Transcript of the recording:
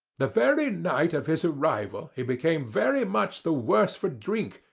the very night of his arrival he became very much the worse for drink,